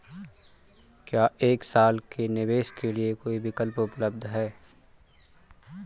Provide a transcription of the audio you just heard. क्या एक साल के निवेश के लिए कोई विकल्प उपलब्ध है?